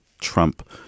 Trump